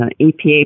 EPA